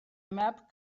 map